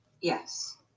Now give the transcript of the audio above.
Yes